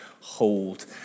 hold